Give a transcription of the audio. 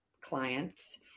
clients